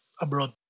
abroad